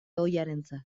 ohiarentzat